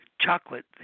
chocolate